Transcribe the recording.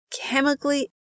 chemically